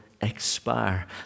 expire